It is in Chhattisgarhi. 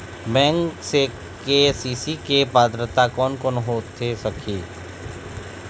बैंक से के.सी.सी के पात्रता कोन कौन होथे सकही?